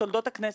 זה בסדר,